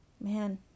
Man